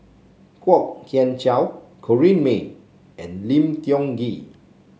Kwok Kian Chow Corrinne May and Lim Tiong Ghee